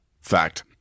Fact